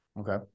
Okay